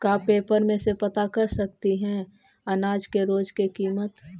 का पेपर में से पता कर सकती है अनाज के रोज के किमत?